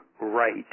right